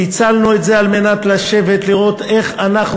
פיצלנו את זה על מנת לשבת ולראות איך אנחנו